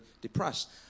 depressed